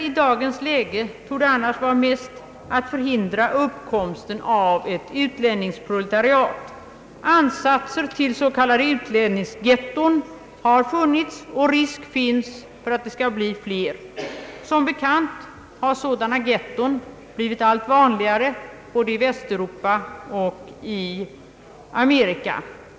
I dagens läge torde det annars vara mest angeläget att förhindra uppkomsten av ett utlänningsproletariat. Ansatser till s.k. utlänningsghetton har funnits, och risk finns för att de skall bli fler. Som bekant har sådana ghetton blivit allt vanligare både i Västeuropa och i Amerika.